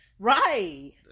Right